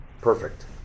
perfect